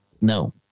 no